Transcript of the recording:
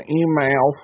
email